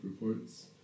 reports